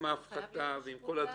עם ההפחתה ועם כל הדברים?